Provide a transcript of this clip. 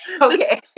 okay